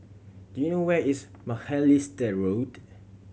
do you know where is Macalister Road